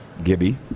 Gibby